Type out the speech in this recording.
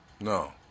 No